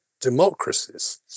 democracies